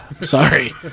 Sorry